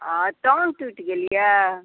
आ टाँग टुटि गेल यऽ